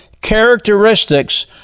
characteristics